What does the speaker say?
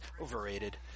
overrated